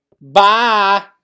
bye